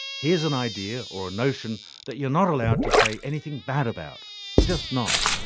here is an idea or a notion that you're not allowed to say anything bad about you're just not.